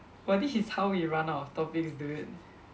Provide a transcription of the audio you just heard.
!wah! this is how we run out of topics dude